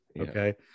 Okay